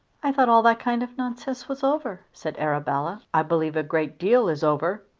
i thought all that kind of nonsense was over, said arabella. i believe a great deal is over.